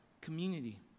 Community